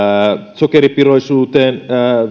sokeripitoisuuteen